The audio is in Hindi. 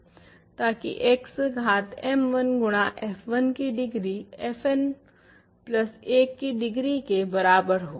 ताकि x घात m1 गुणा f1 की डिग्री fn प्लस 1 की डिग्री के बराबर हो